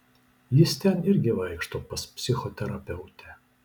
jis ten irgi vaikšto pas psichoterapeutę